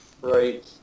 Right